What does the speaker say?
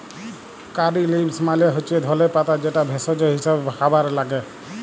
কারী leaves মালে হচ্যে ধলে পাতা যেটা ভেষজ হিসেবে খাবারে লাগ্যে